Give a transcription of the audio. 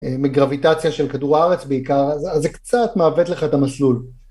מגרביטציה של כדור הארץ בעיקר, אז זה קצת מעוות לך את המסלול.